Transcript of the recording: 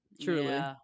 Truly